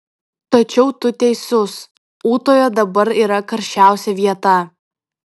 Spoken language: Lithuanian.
tačiau tu teisus ūtoje dabar yra karščiausia vieta